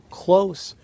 close